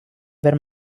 were